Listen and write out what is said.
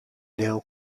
now